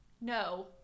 no